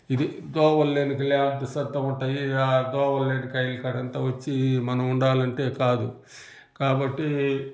ఇది దోవలు లేని లేకపోతే సత్తావుంటాయి ఆ దోవలు లేని కైలు కాడంతా వొచ్చి మనముండాలంటే కాదు కాబట్టి